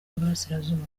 y’uburasirazuba